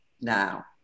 now